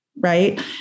right